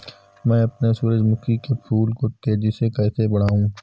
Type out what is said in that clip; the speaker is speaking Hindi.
मैं अपने सूरजमुखी के फूल को तेजी से कैसे बढाऊं?